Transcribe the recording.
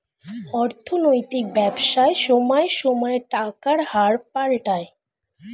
অর্থনৈতিক ব্যবসায় সময়ে সময়ে টাকার হার পাল্টায়